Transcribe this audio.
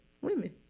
Women